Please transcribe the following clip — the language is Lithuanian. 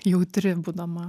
jautri būdama